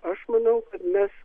aš manau kad mes